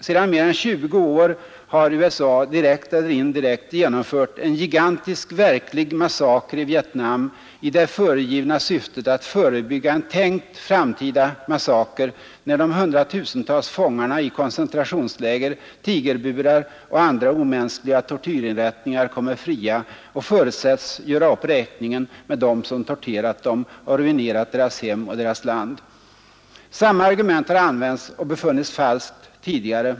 Sedan mer än 20 år har USA direkt eller indirekt genomfört en gigantisk, verklig massaker i Vietnam i det föregivna syftet att förebygga en tänkt framtida massaker, när de hundratusentals fångarna i koncentrationsläger, tigerburar och andra omänskliga tortyrinrättningar kommer fria och förutsätts göra upp räkningen med dem som torterat dem och ruinerat deras hem och deras land. Samma argument har använts och befunnits falskt tidigare.